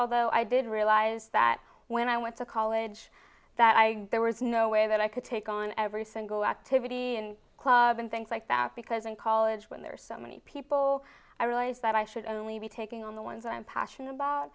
although i didn't realize that when i went to college that i there was no way that i could take on every single activity and club and things like that because in college when there are so many people i realize that i should only be taking on the ones i am passionate about